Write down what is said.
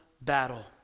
battle